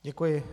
Děkuji.